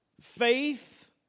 faith